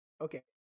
Okay